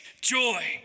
joy